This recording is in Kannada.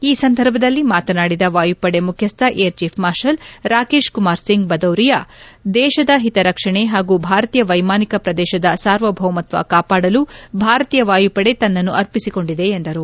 ಈ ಸಂದರ್ಭದಲ್ಲಿ ಮಾತನಾಡಿದ ವಾಯುಪಡೆ ಮುಖ್ಯಸ್ಟ air chief marshal Rakesh Kumar Singh Bhadauria ದೇಶದ ಹಿತ ರಕ್ಷಣೆ ಹಾಗೂ ಭಾರತೀಯ ವೈಮಾನಿಕ ಪ್ರದೇಶದ ಸಾರ್ವಭೌಮತ್ವ ಕಾಪಾಡಲು ಭಾರತೀಯ ವಾಯುಪಡೆ ತನ್ನನ್ನು ಅರ್ಪಿಸಿಕೊಂಡಿದೆ ಎಂದರು